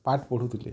ପାଠ୍ ପଢ଼ୁଥିଲେ